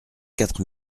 quatre